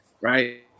Right